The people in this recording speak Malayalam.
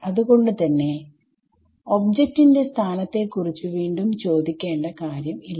അത് കൊണ്ട് തന്നെ ഒബ്ജെക്ട് ന്റെ സ്ഥാനത്തെ കുറിച്ചു വീണ്ടും ചോദിക്കേണ്ട കാര്യം ഇല്ല